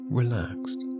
relaxed